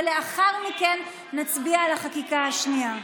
ולאחר מכן נצביע על החקיקה השנייה.